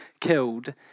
killed